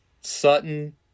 Sutton